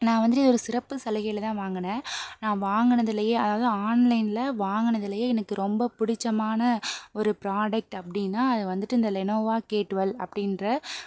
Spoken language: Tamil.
நான் வந்து இதை ஒரு சிறப்பு சலுகையில்தான் வாங்கினேன் நான் வாங்கினதுலயே அதாவது ஆன்லைனில் வாங்கினதுலயே எனக்கு ரொம்ப பிடிச்சமான ஒரு ப்ராடெக்ட் அப்படின்னா வந்துட்டு இந்த லெனோவா கே ட்வெல் அப்படின்ற